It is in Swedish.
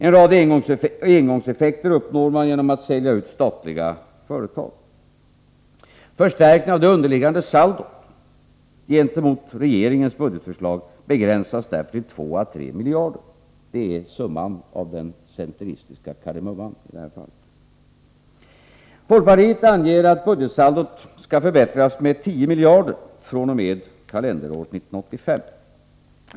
En rad engångseffekter uppnår man genom att sälja ut statliga företag. Förstärkningen av det underliggande saldot gentemot regeringens budgetförslag begränsas därför till 2-3 miljarder. Det är i det här fallet summan av den centeristiska kardemumman. Folkpartiet anger att budgetsaldot skall förbättras med 10 miljarder fr.o.m. kalenderåret 1985.